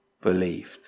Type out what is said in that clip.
believed